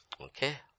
Okay